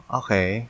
okay